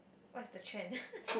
what's the trend